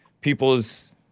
people's